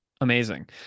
Amazing